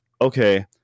okay